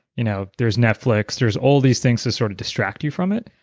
you know there's netflix, there's all these things to sort of distract you from it,